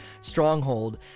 stronghold